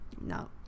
no